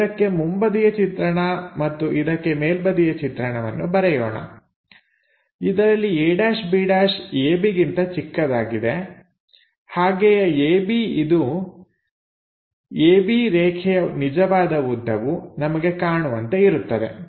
ಇದಕ್ಕೆ ಮುಂಬದಿಯ ಚಿತ್ರಣ ಮತ್ತು ಇದಕ್ಕೆ ಮೇಲ್ಬದಿಯ ಚಿತ್ರಣವನ್ನು ಬರೆಯೋಣ ಇದರಲ್ಲಿ a'b' abಗಿಂತ ಚಿಕ್ಕದಾಗಿದೆ ಹಾಗೆಯೇ ab ಇದು AB ರೇಖೆಯ ನಿಜವಾದ ಉದ್ದವು ನಮಗೆ ಕಾಣುವಂತೆ ಇರುತ್ತದೆ